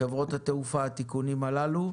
חברות התעופה התיקונים הללו.